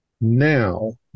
Now